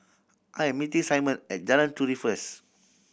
I'm meeting Simon at Jalan Turi first